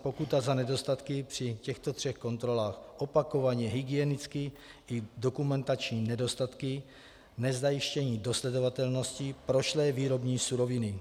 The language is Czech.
Pokuta za nedostatky při těchto třech kontrolách, opakovaně hygienické i dokumentační nedostatky, nezajištění dosledovatelnosti, prošlé výrobní suroviny.